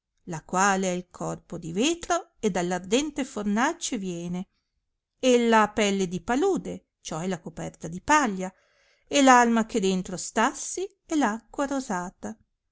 la quale ha il corpo di vetro e dall ardente fornace viene ella ha pelle di palude ciò è la coperta di paglia e f alma che dentro stassi è f acqua rosata